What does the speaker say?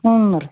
ಹ್ಞೂ ರೀ